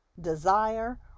desire